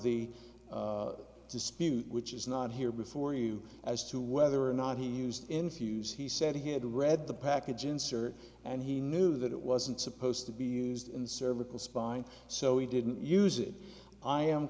the dispute which is not here before you as to whether or not he used infuse he said he had read the package insert and he knew that it wasn't supposed to be used in cervical spine so he didn't use it i am